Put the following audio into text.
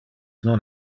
non